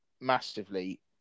massively